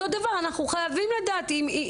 אותו דבר, אנחנו חייבים לדעת את זה.